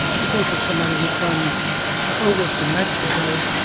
you think of somebody who comes over from mexico,